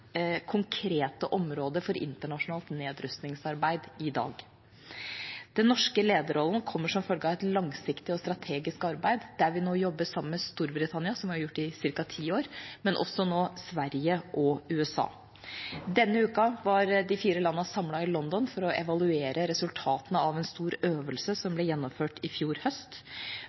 konkrete området for internasjonalt nedrustningsarbeid i dag. Den norske lederrollen kommer som følge av et langsiktig og strategisk arbeid der vi jobber sammen med Storbritannia, som vi har gjort i ca. ti år, men også nå med Sverige og USA. Denne uka var de fire landene samlet i London for å evaluere resultatene av en stor øvelse som ble gjennomført i fjor høst.